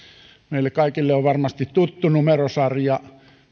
meille kaikille on varmasti tuttu numerosarja